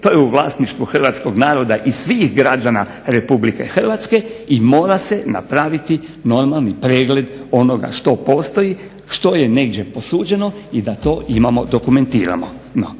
to je u vlasništvu hrvatskoga naroda i svih građana Republike Hrvatske i mora se napraviti normalni pregled onoga što postoji, što je negdje posuđeno i da to imamo dokumentirano.